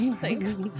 Thanks